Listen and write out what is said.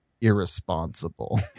irresponsible